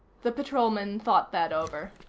the patrolman thought that over.